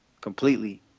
completely